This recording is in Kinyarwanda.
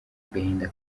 agahinda